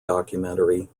documentary